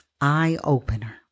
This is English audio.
Eye-opener